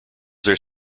their